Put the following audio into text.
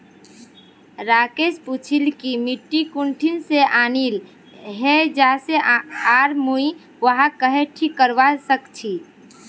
राकेश पूछिल् कि मिट्टी कुठिन से आनिल हैये जा से आर मुई वहाक् कँहे ठीक करवा सक छि